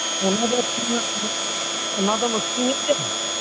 ᱚᱱᱟ ᱫᱚ ᱛᱤᱱᱟᱹᱜ ᱚᱱᱟ ᱫᱚᱢ ᱟᱠᱷᱨᱤᱧᱮᱫ ᱜᱮᱭᱟ